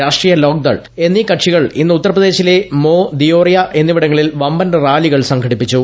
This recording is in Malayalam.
രാഷ്ട്രീയ ലോക്ദൾ എന്നീ കക്ഷികൾ ഇന്ന് ഉത്തർപ്രദേശിലെ മോ ദിയോറിയ എന്നിവിടങ്ങളിൽ വമ്പൻ റാലികൾ സംഘടിപ്പിച്ചു